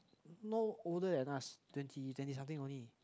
no older than us twenty twenty something only